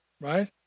Right